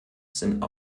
sind